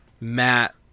matt